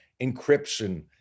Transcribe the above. encryption